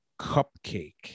cupcake